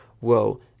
whoa